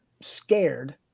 scared